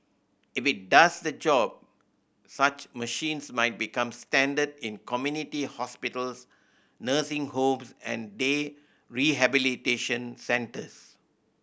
if it does the job such machines might become standard in community hospitals nursing homes and day rehabilitation centres